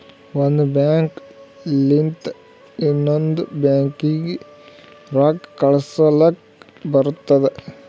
ಒಂದ್ ಬ್ಯಾಂಕ್ ಲಿಂತ ಇನ್ನೊಂದು ಬ್ಯಾಂಕೀಗಿ ರೊಕ್ಕಾ ಕಳುಸ್ಲಕ್ ಬರ್ತುದ